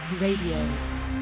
Radio